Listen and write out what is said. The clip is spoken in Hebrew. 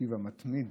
המקשיב המתמיד